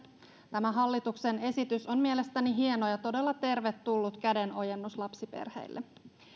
tämä hallituksen esitys on mielestäni hieno ja todella tervetullut kädenojennus lapsiperheille